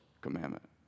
commandment